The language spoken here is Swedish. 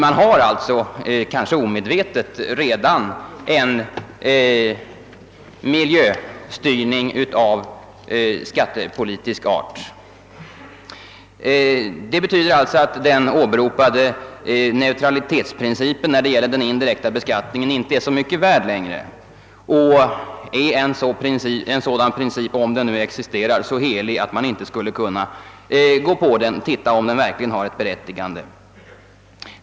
Man har alltså — kanske omedvetet — redan infört en miljöstyrning av skattepolitisk art. Det betyder att den åberopade neutralitetsprincipen när det gäller indirekt beskattning inte är så mycket värd längre. Och är en sådan princip, om den nu existerar, så helig, att det inte skulle gå att undersöka om den verkligen har eti berättigande?